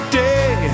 day